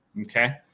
Okay